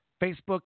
Facebook